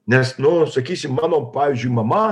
nes nu sakysim mano pavyzdžiui mama